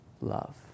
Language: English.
love